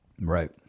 right